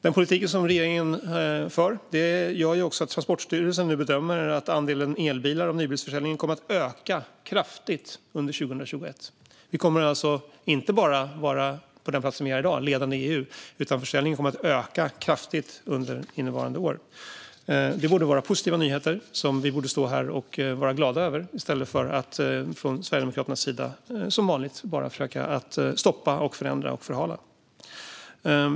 Den politik som regeringen för gör också att Transportstyrelsen nu bedömer att andelen elbilar i nybilsförsäljningen kommer att öka kraftigt under 2021. Vi kommer alltså inte bara att vara på den plats där vi är i dag - ledande i EU - utan försäljningen kommer att öka kraftigt under innevarande år. Det borde vara positiva nyheter som vi borde stå här och vara glada över i stället för att från Sverigedemokraternas sida som vanligt bara försöka att stoppa, förändra och förhala.